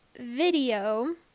video